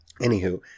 Anywho